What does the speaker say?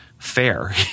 Fair